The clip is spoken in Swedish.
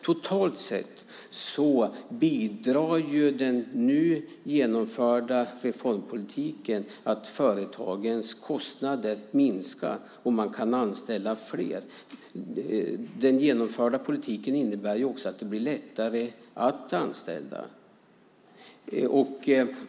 Totalt sett bidrar den nu genomförda reformpolitiken till att företagens kostnader minskar och att de kan anställa fler. Den genomförda politiken innebär också att det blir lättare att anställa.